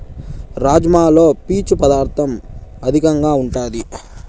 రాజ్మాలో పీచు పదార్ధం అధికంగా ఉంటాది